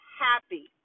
happy